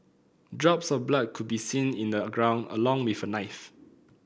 drops of blood could be seen in the ground along with a knife